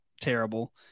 terrible